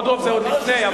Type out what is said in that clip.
חודורוב זה עוד לפני,